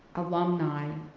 alumni,